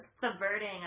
subverting